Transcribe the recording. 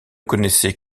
connaissait